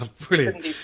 Brilliant